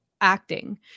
acting